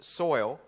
soil